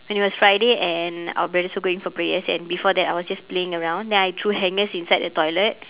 and it was friday and our parents were going for prayers and before that I was just playing around then I threw hangers inside the toilet